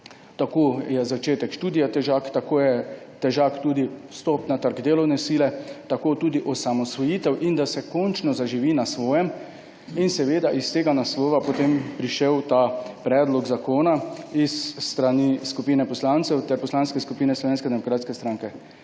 tako je začetek študija težak, tako je težak tudi vstop na trg delovne sile, tako tudi osamosvojitev in da se končno zaživi na svojem. Iz tega naslova je potem prišel ta predlog zakona s strani skupine poslancev ter Poslanske skupine Slovenske demokratske stranke.